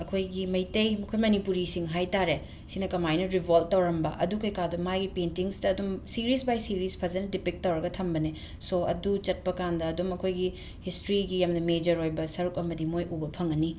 ꯑꯩꯈꯣꯏꯒꯤ ꯃꯩꯇꯩ ꯃꯨꯈ ꯃꯅꯤꯄꯨꯔꯤꯁꯤꯡ ꯍꯥꯏ ꯇꯥꯔꯦ ꯁꯤꯅ ꯀꯃꯥꯏꯅ ꯔꯤꯕꯣꯜꯠ ꯇꯧꯔꯝꯕ ꯑꯗꯨ ꯀꯩ ꯀꯥꯗꯣ ꯃꯥꯏ ꯄꯦꯟꯇꯤꯡꯁꯇ ꯑꯗꯨꯝ ꯁꯤꯔꯤꯁ ꯕꯥꯏ ꯁꯤꯔꯤꯁ ꯐꯖꯅ ꯗꯤꯄꯤꯛ ꯇꯧꯔꯒ ꯊꯝꯕꯅꯦ ꯁꯣ ꯑꯗꯨ ꯆꯠꯄꯀꯥꯟꯗ ꯑꯗꯨꯝ ꯑꯩꯈꯣꯏꯒꯤ ꯍꯤꯁꯇ꯭ꯔꯤꯒꯤ ꯌꯥꯝꯅ ꯃꯦꯖꯔ ꯑꯣꯏꯕ ꯁꯔꯨꯛ ꯑꯃꯗꯤ ꯃꯣꯏ ꯎꯕ ꯐꯪꯉꯅꯤ